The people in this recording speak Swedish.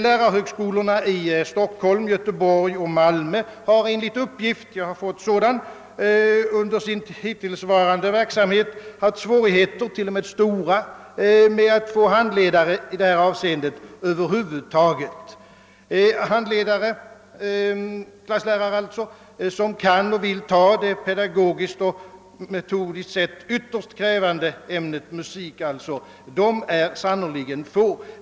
Lärarhögskolorna i Stockholm, Göteborg och Malmö har enligt uppgift under sin hittillsvarande verksamhet haft stora svårigheter att över huvud taget få handledare i detta ämne. De klasslärare som kan och vill ta ansvaret för det pedagogiskt och metodiskt ytterst krävande ämnet musik är sanmnerligen få.